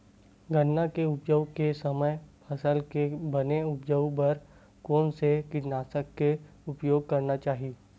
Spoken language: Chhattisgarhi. गन्ना के उपज के समय फसल के बने उपज बर कोन से कीटनाशक के उपयोग करना चाहि?